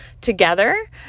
together